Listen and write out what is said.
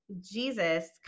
jesus